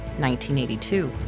1982